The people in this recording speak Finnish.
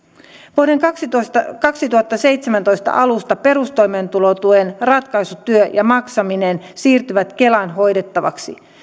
vuoden kaksituhattaseitsemäntoista alusta perustoimeentulotuen ratkaisutyö ja maksaminen siirtyvät kelan hoidettavaksi